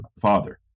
father